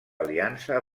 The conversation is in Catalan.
aliança